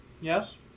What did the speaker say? Yes